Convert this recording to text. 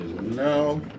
No